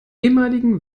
ehemaligen